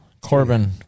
Corbin